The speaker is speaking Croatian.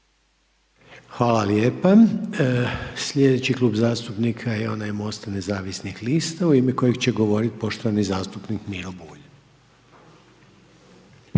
Hvala lijepa. Sljedeći Klub zastupnika je onaj MOST-a nezavisnih lista u ime kojeg će govoriti poštovani zastupnik Miro Bulj.